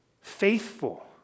faithful